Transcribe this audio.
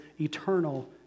eternal